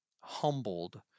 humbled